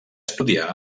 estudiar